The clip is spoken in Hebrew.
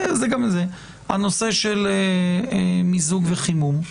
הנושא של מיזוג וחימום.